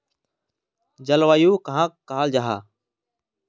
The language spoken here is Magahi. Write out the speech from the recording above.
जलवायु कहाक कहाँ जाहा जाहा?